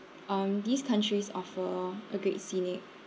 um these countries offer a great scenic